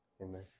Amen